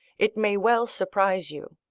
it may well surprise you.